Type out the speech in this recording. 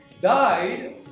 died